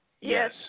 Yes